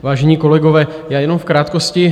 Vážení kolegové, já jenom v krátkosti.